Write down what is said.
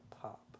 pop